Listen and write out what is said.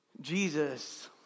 Jesus